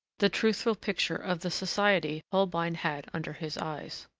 the truthful picture of the society holbein had under his eyes.